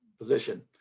position.